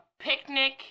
picnic